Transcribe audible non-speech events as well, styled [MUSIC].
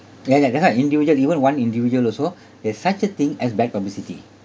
ya ya lah individual even one individual also [BREATH] there's such a thing as bad publicity